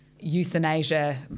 Euthanasia